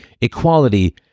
equality